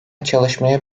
çalışmaya